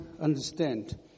understand